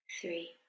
three